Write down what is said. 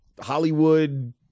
Hollywood